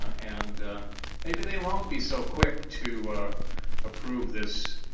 and maybe they won't be so quick to approve this